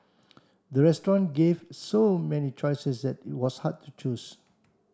the restaurant gave so many choices that it was hard to choose